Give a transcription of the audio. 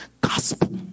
gospel